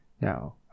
Now